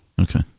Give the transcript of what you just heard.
Okay